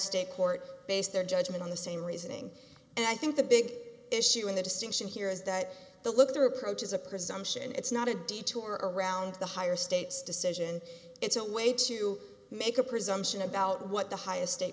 state court based their judgment on the same reasoning and i think the big issue in the distinction here is that the look there approach is a presumption it's not a detour around the higher states decision it's a way to make a presumption about what the highest state